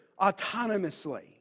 autonomously